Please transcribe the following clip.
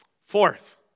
Fourth